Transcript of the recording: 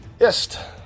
Yes